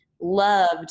Loved